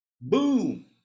Boom